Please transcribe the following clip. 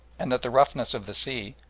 and that the roughness of the sea,